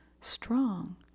strong